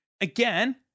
again